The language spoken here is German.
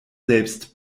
selbst